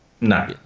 No